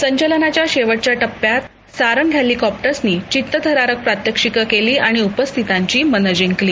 संचलनाच्या शेवटच्या टप्प्यात सारंग हेलिकॉप्टरनी चित्तथरारक प्रात्यक्षिक सादर केली आणि उपस्थितांची मनं जिकली